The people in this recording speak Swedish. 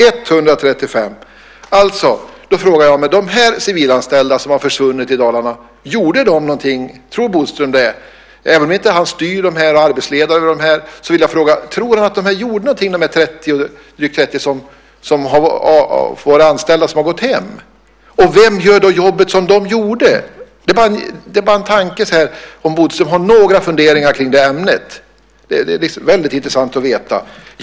Jag frågar mig: Tror Bodström att de civilanställda som har försvunnit i Dalarna gjorde någonting? Även om han inte styr dem och är arbetsledare över dem så vill jag fråga om han tror att de här drygt 130 som har varit anställda och som har gått hem gjorde någonting. Och vem gör då jobbet som de gjorde? Det är bara en tanke. Har Bodström några funderingar om det ämnet? Det vore intressant att veta.